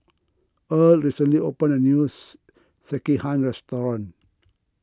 Erle recently opened a new Sekihan restaurant